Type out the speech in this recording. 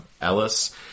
Ellis